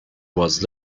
was